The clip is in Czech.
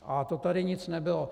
A to tady nic nebylo.